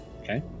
Okay